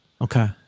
Okay